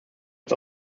als